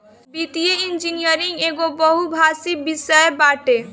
वित्तीय इंजनियरिंग एगो बहुभाषी विषय बाटे